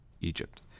Egypt